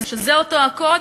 שזה אותו הקוד,